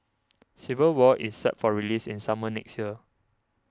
Civil War is set for release in summer next year